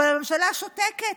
אבל הממשלה שותקת,